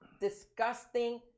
disgusting